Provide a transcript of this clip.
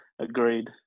agreed